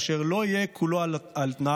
אשר לא יהיה כולו על תנאי.